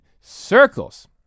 Circles